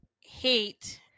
hate